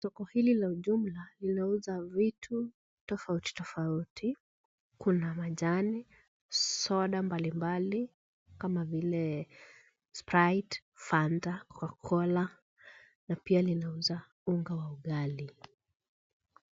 Duka hili la huduma linauza vitu tofauti tofauti. Kuna majani, soda mbalimbali kama vile sprite, fanta, coca cola. Na pia linauza unga wa ugali.